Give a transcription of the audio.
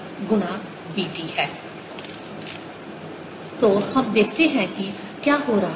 तो हम देखते हैं कि क्या हो रहा है